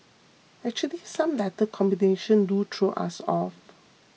actually some letter combination do throw us off